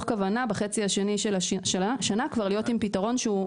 כוונה בחצי השני של השנה כבר להיות עם פתרון אחר.